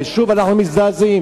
ושוב אנחנו מזדעזעים.